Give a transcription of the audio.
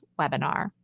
webinar